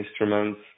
instruments